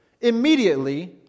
immediately